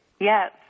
Yes